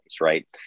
Right